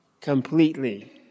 completely